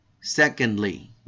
secondly